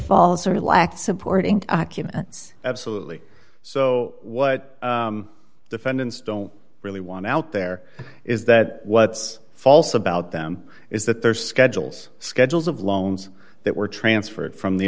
false or lacked supporting documents absolutely so what defendants don't really want out there is that what's false about them is that their schedules schedules of loans that were transferred from the